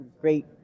great